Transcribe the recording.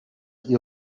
ihr